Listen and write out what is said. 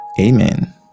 amen